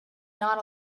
not